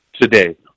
today